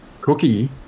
Cookie